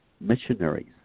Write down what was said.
Missionaries